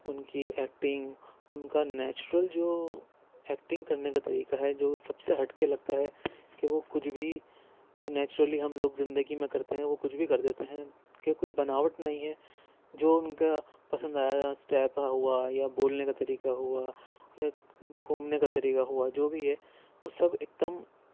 ان کی ایکٹنگ ان کا نیچورل جو ایکٹنگ کرنے کا طریقہ ہے جو سب سے ہٹ کے لگتا ہے کہ وہ کچھ بھی جو نیچورلی ہم لوگ زندگی میں کرتے ہیں وہ کچھ بھی کر دیتے ہیں کہ کوئی بناوٹ نہیں ہے جو ان کا پسند آیا اسٹیپ ہوا یا بولنے کا طریقہ ہوا یا گھومنے کا طریقہ ہوا جو بھی یہ وہ سب ایک دم